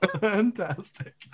fantastic